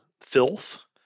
Filth